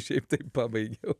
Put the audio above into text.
šiaip taip pabaigiau